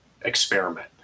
experiment